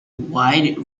wide